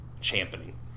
Championing